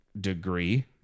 degree